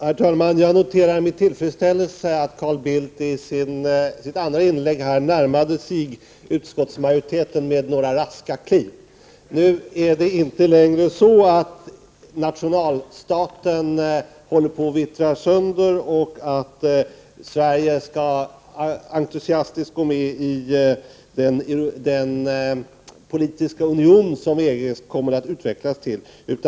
Herr talman! Jag noterar med tillfredsställelse att Carl Bildt i sitt andra inlägg med några raska kliv närmade sig utskottsmajoriteten. Nu är det inte längre så att nationalstaten håller på att vittra sönder och att Sverige entusiastiskt skall gå med i den politiska union som EG kommer att utvecklas till.